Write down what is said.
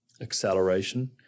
acceleration